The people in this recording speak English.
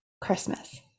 Christmas